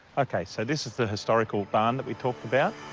okay, so this is the historical barn that we talked about.